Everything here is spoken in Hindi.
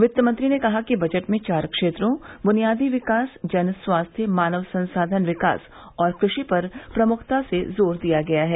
वित्तमंत्री ने कहा कि बजट में चार क्षेत्रों बुनियादी विकास जन स्वास्थ्य मानव संसाधन विकास और कृषि पर प्रमुखता से जोर दिया गया है